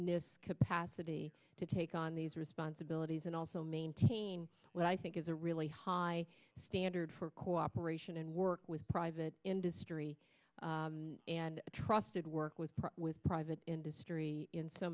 new capacity to take on these responsibilities and also maintain what i think is a really high standard for cooperation and work with private industry and trusted work with with private industry in so